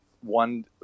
one